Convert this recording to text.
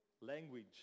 language